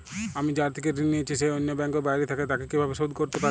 আমি যার থেকে ঋণ নিয়েছে সে অন্য ব্যাংকে ও বাইরে থাকে, তাকে কীভাবে শোধ করতে পারি?